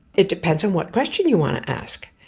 it depends on what question you want to ask,